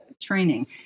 training